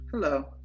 Hello